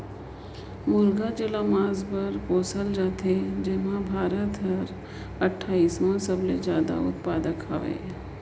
मुरगा जेला मांस बर पोसल जाथे तेम्हे भारत हर अठारहवां सबले जादा उत्पादक हवे